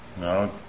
No